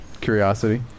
Curiosity